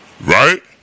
right